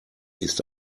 ist